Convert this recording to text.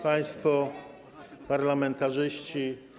Państwo Parlamentarzyści!